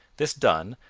this done,